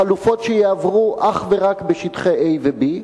חלופות שיעברו אך ורק בשטחי A ו-B,